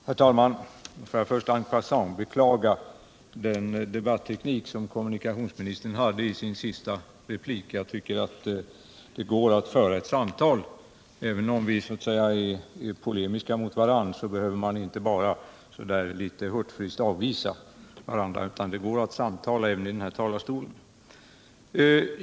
Herr talman! Jag får först beklaga den debatteknik som kommunikationsministern hade i sin senaste replik. Jag tycker att det går att föra ett samtal. Även om vi är polemiska mot varandra, så behöver man inte litet hurtfriskt avvisa varandra, utan det går att samtala även i den här talarstolen.